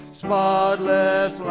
spotless